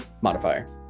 modifier